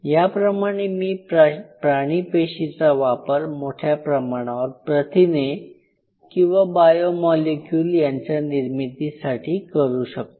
याप्रमाणे मी प्राणी पेशीचा वापर मोठ्या प्रमाणावर प्रथिने किंवा बायो मॉलिक्यूल यांच्या निर्मितीसाठी करू शकतो